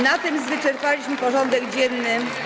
Na tym wyczerpaliśmy porządek dzienny.